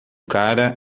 cara